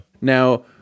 Now